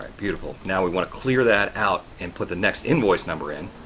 ah beautiful. now we want to clear that out and put the next invoice number in.